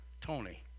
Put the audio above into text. Tony